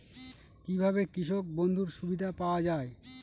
কি ভাবে কৃষক বন্ধুর সুবিধা পাওয়া য়ায়?